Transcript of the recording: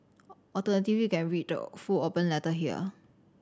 alternatively you can read the full open letter here